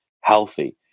healthy